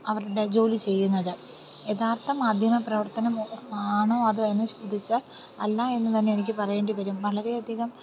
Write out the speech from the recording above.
അവരുടെ ജോലി ചെയ്യുന്നത് യഥാർത്ഥ മാധ്യമപ്രവർത്തനം ആണോ അത് എന്ന് ചിന്തിച്ചാൽ അല്ല എന്ന് തന്നെ എനിക്ക് പറയേണ്ടി വരും വളരെ അധികം